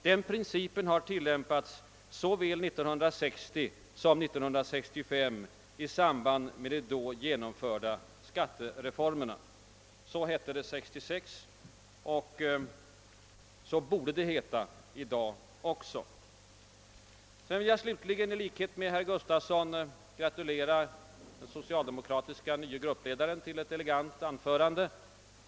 Den principen har tillämpats såväl 1960 som 1965 i samband med de då genomförda skattereformerna.» Så hette det 1966, och så borde det heta i dag också. I likhet med herr Gustafson i Göteborg vill jag gratulera den nye socialdemokratiske gruppledaren till ett elegant anförande.